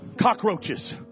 Cockroaches